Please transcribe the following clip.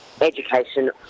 education